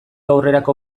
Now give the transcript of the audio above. aurrerako